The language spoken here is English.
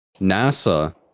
NASA